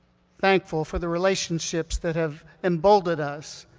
thankful for the relationships that have emboldened us,